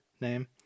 name